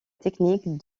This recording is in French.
technique